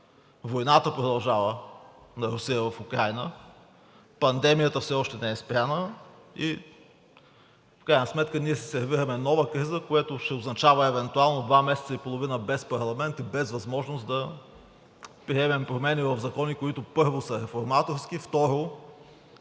това; войната на Русия в Украйна продължава; пандемията все още не е спряна, и в крайна сметка ние си сервираме нова криза, което ще означава евентуално два месеца и половина без парламент и без възможност да приемем промени в закони, които, първо, са реформаторски,